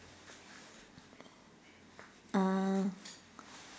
um